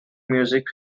music